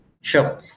Sure